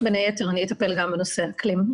בין היתר אני אטפל גם בנושא האקלים.